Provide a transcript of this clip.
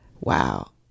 wow